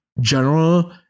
general